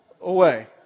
away